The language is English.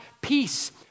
peace